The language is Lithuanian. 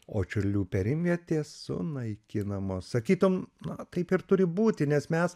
o čiurlių perimvietės sunaikinamos sakytum na taip ir turi būti nes mes